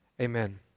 Amen